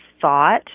thought